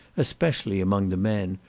especially among the men,